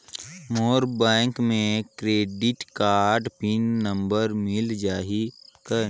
मोर bank मे credit card pin number मिल जाहि कौन?